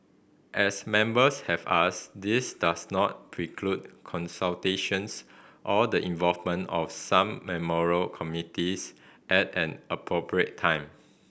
as Members have asked this does not preclude consultations or the involvement of some memorial committees at an appropriate time